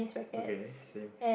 okay same